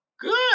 good